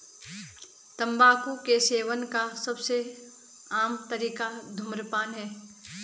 तम्बाकू के सेवन का सबसे आम तरीका धूम्रपान है